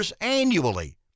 annually